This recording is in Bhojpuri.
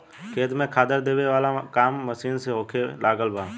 खेत में खादर देबे वाला काम मशीन से होखे लागल बा